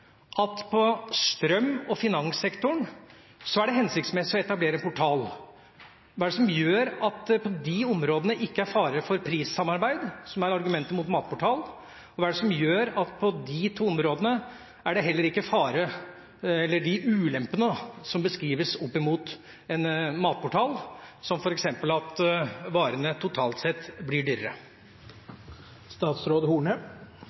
at det i strøm- og finanssektoren er hensiktsmessig å etablere en portal, og at det på de områdene ikke er fare for prissamarbeid, som er argumentet mot matportal? Og hva er det som gjør at det på de to områdene ikke er de ulempene som beskrives med tanke på en matportal, som f.eks. at varene totalt sett blir dyrere?